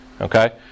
Okay